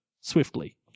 swiftly